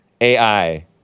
AI